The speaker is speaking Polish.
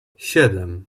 siedem